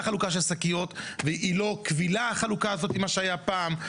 חלוקה של שקיות והיא לא קבילה מה שהיה פעם.